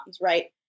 right